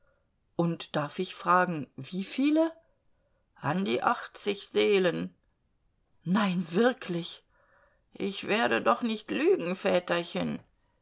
und darf ich fragen wie viele an die achtzig seelen nein wirklich ich werde doch nicht lügen väterchen